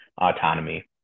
autonomy